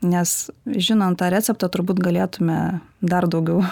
nes žinant tą receptą turbūt galėtume dar daugiau